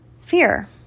fear